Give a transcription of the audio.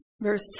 Verse